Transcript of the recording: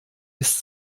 ist